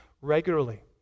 regularly